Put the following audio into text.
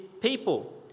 people